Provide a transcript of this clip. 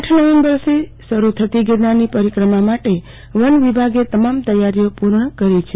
આઠ નવેમ્બરથી શરૂ થતી ગીરનારની પરિક્રમા માટે વન વિભાગે તમામ તૈયારીઓ પુર્ણ કરી છે